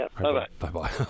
Bye-bye